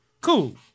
Cool